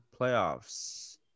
playoffs